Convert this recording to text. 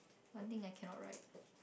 one thing I cannot write